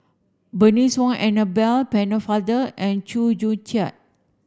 Bernice Wong Annabel Pennefather and Chew Joo Chiat